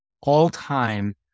all-time